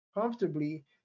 comfortably